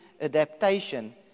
adaptation